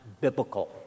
biblical